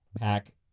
pack